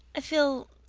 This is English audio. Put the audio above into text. i feel.